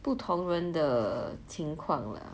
不同人的情况了